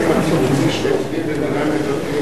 הקיבוצי שהתחיל במינהל מקרקעי ישראל?